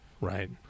Right